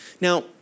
Now